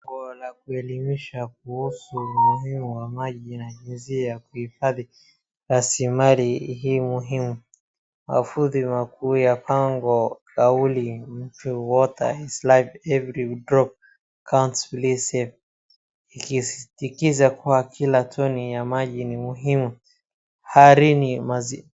Bango la kuelimisha kuhusu umuhimu wa maji na jinsi ya kuhifadhi rasilimali hii muhimu. Maudhui makuu ya pango kauli mbiu Water is life every drop counts please save ikisisitiza kuwa kila tone ya maji ni muhimu. Harini mazi.